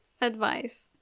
advice